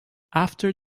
after